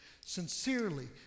sincerely